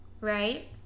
right